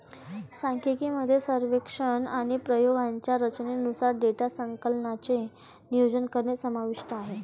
सांख्यिकी मध्ये सर्वेक्षण आणि प्रयोगांच्या रचनेनुसार डेटा संकलनाचे नियोजन करणे समाविष्ट आहे